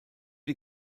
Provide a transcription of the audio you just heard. die